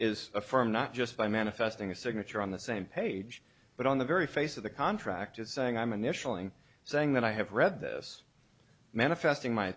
is a firm not just by manifesting a signature on the same page but on the very face of the contract as saying i'm initially saying that i have read this manifesting my